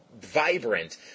vibrant